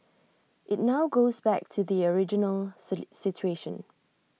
IT now goes back to the original situation